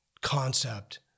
concept